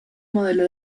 modelo